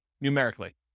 numerically